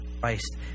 Christ